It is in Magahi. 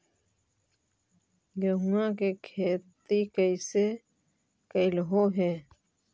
गेहूआ के खेती कैसे कैलहो हे?